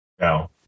No